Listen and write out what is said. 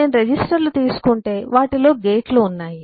నేను రిజిస్టర్లు తీసుకుంటే వాటిలో నాకు గేట్లు ఉన్నాయి